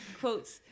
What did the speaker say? quotes